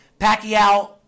Pacquiao